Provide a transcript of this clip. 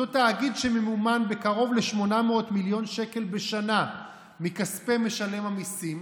אותו תאגיד שממומן בכ-800 מיליון שקל בשנה מכספי משלם המיסים,